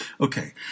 Okay